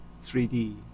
3D